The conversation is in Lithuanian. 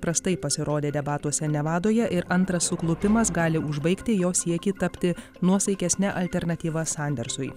prastai pasirodė debatuose nevadoje ir antras suklupimas gali užbaigti jo siekį tapti nuosaikesne alternatyva sandersui